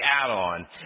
add-on